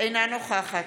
אינה נוכחת